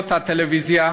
מצלמות הטלוויזיה,